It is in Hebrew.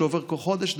שעובר תוך חודש,